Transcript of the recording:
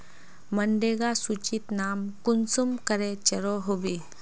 मनरेगा सूचित नाम कुंसम करे चढ़ो होबे?